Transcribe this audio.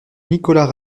nicolas